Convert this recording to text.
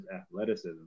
athleticism